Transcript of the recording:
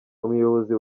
umuyobozi